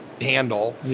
handle